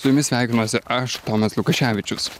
su jumis sveikinuosi aš tomas lukaševičius